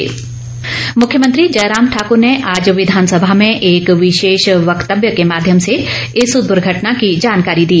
मुख्यमंत्री वक्तव्य मुख्यमंत्री जयराम ठाकुर ने आज विधानसभा में एक विशेष वक्तव्य के माध्यम से इस दुर्घटना की जानकारी दी